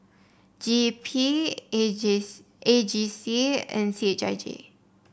G E P A J A G C and C H I J